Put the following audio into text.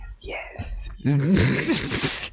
yes